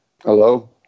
Hello